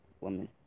woman